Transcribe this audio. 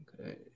Okay